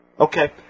Okay